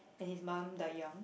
and his mum died young